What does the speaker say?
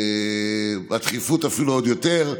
והדחיפות אפילו עוד יותר,